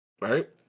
Right